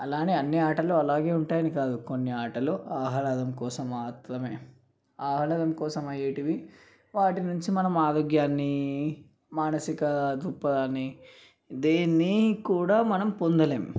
అలానే అన్ని ఆటలు అలాగే ఉంటాయని కాదు కొన్ని ఆటలు ఆహ్లాదం కోసం మాత్రమే ఆహ్లాదం కోసం అయ్యేవి వాటి గురించి మనం ఆరోగ్యాన్ని మానసిక దృక్పథాన్ని దేన్నీ కూడా మనం పొందలేము